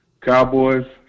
Cowboys